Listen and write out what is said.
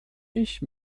ich